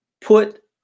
put